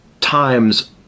times